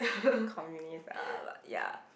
communist are like ya